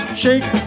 shake